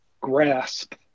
grasp